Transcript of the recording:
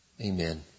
Amen